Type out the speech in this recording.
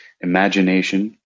imagination